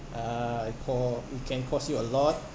uh it co~ it can cost you a lot